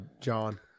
John